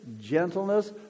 gentleness